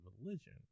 religion